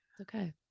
okay